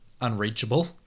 unreachable